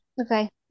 Okay